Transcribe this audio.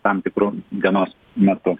tam tikru dienos metu